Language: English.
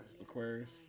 Aquarius